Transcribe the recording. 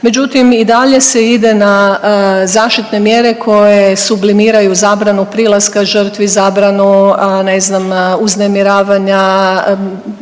međutim i dalje se ide na zaštitne mjere koje sublimiraju zabranu prilaska žrtvi, zabranu ne znam uznemiravanja,